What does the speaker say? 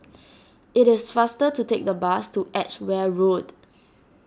it is faster to take the bus to Edgware Road